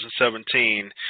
2017